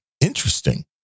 interesting